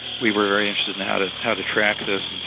we were very interested in how to how to track this. and